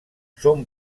són